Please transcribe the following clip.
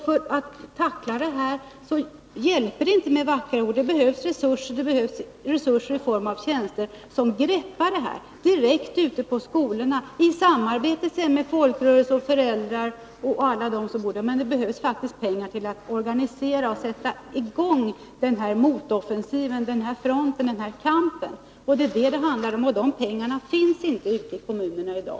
För att tackla det här problemet hjälper det inte med vackra ord. Det behövs resurser i form av tjänster, människor som kan greppa problemen direkt ute på skolorna —i samarbete med folkrörelser, föräldrar osv. Men det behövs faktiskt pengar till att organisera och sätta i gång en motoffensiv, en front, en kamp. Det är alltså vad det handlar om, och pengarna till det finns tyvärr inte ute i kommunerna i dag.